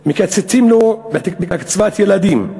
מקצצים לו בקצבת הילדים.